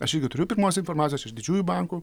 aš irgi turiu pirmos informacijos iš didžiųjų bankų